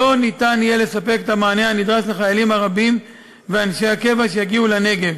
לא יהיה אפשר לספק את המענה הנדרש לחיילים הרבים ואנשי הקבע שיגיעו לנגב